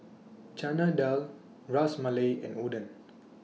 Chana Dal Ras Malai and Oden